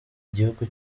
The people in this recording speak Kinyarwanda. igihugu